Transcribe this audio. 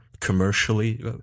commercially